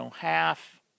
half